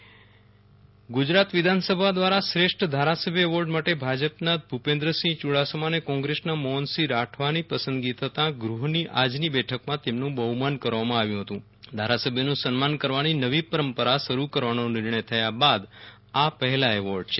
વિરલ રાણા વિધાનસભા શ્રેષ્ઠ વિધાયક એવોર્ડ ગુજરાત વિધાનસભા દ્વારા શ્રેષ્ઠ ધારા સભ્ય એવોર્ડ માટે ભાજપના ભૂ પેન્દ્રસિંહ યુડાસમા અને કોંગ્રેસના મોહનસિંહ રાઠવાની પસંદગી થતાં ગૃહની આજની બેઠકમાં તેમનું બહુમાન કરવામાં આવ્યું હતું ધારાસભ્યનું સન્માન કરવાની નવી પરંપરા શરૂ કરવાનો નિર્ણય થયાં બાદ આ પહેલા એવાર્ડ છે